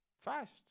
fast